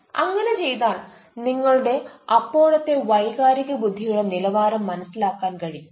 അങ്ങനെ ചെയ്താൽ നിങ്ങളുടെ അപ്പോഴത്തെ വൈകാരിക ബുദ്ധിയുടെ നിലവാരം മനസിലാക്കാൻ കഴിയും